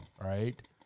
Right